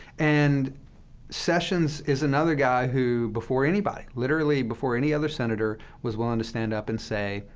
and sessions is another guy who, before anybody, literally before any other senator, was willing to stand up and say,